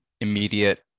immediate